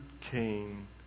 Cain